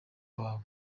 wawe